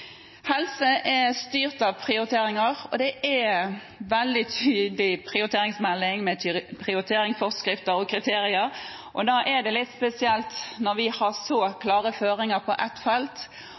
Helse er styrt av prioriteringer, og det er en veldig tydelig prioriteringsmelding, med prioritering, forskrifter og kriterier. Da er det litt spesielt, når vi har så klare føringer på et felt,